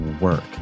work